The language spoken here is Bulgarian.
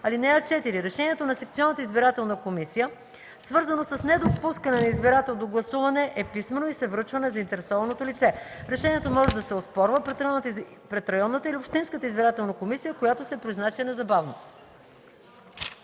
комисия. (4) Решението на секционната избирателна комисия, свързано с недопускане на избирател до гласуване, е писмено и се връчва на заинтересованото лице. Решението може да се оспорва пред районната или общинската избирателна комисия, която се произнася незабавно.”